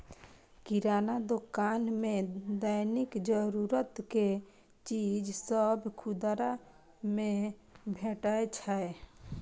किराना दोकान मे दैनिक जरूरत के चीज सभ खुदरा मे भेटै छै